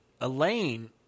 elaine